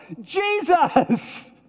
Jesus